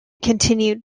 continued